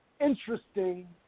Interesting